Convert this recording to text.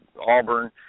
Auburn